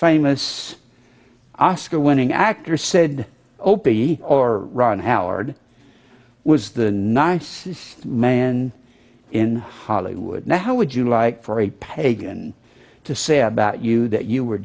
famous oscar winning actor said opie or ron howard was the nicest man in hollywood now how would you like for a pagan to say about you that you were